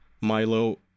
Milo